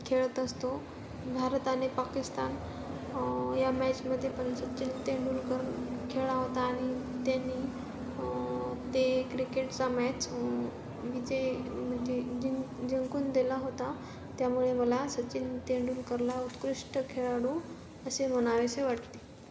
खेळत असतो भारत आणि पाकिस्तान या मॅचमध्येे पन सचिन तेंडुलकर खेळला होता आणि त्यांनी ते क्रिकेटचा मॅच विजय म्हणजे जिंक जिंकून दिला होता त्यामुळे मला सचिन तेंडुलकरला उत्कृष्ट खेळाडू असे म्हणावेसे वाटते